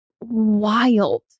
wild